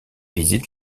visitent